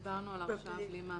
דיברנו על הרשעה בלי מאסר.